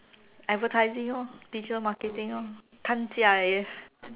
advertising lor digital marketing lor